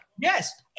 Yes